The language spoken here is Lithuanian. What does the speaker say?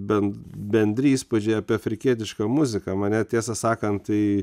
bent bendri įspūdžiai apie afrikietišką muziką mane tiesą sakant tai